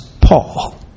Paul